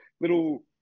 little